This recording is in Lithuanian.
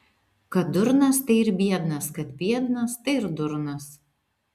kad durnas tai ir biednas kad biednas tai ir durnas